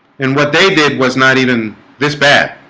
and what they did was not even this bad,